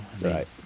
Right